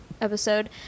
episode